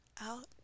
out